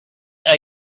are